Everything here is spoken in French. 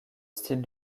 style